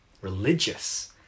religious